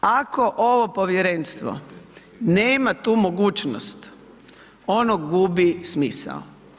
Ako ovo povjerenstvo nema tu mogućnost, ono gubi smisao.